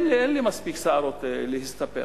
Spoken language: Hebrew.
אין לי מספיק שערות להסתפר,